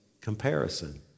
comparison